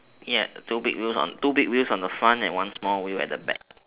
ya two big wheels on two big wheels on the front and one small wheel at the back